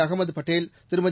Ahmed Patel Thirumathi